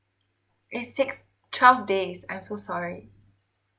eh six twelve days I'm so sorry